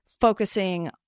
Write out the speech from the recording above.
focusing